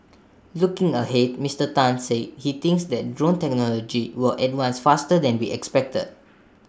looking ahead Mister Tan said he thinks that drone technology will advance faster than we expect